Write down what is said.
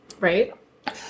Right